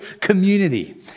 community